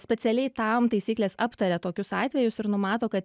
specialiai tam taisyklės aptaria tokius atvejus ir numato kad